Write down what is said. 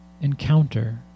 encounter